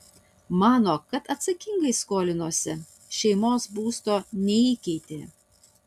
mano kad atsakingai skolinosi šeimos būsto neįkeitė